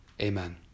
Amen